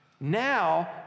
Now